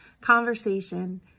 conversation